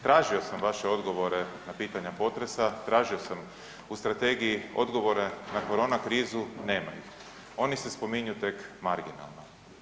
Tražio sam vaše odgovore na pitanja potresa, tražio sam u strategiji odgovore na korona krizu, nema ih, oni se spominju tek marginalno.